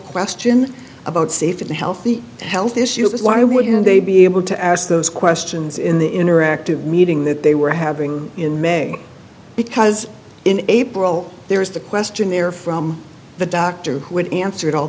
question about safe and healthy health issues is why wouldn't they be able to ask those questions in the interactive meeting that they were having in may because in april there is the questionnaire from the doctor when answered all